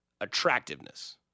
attractiveness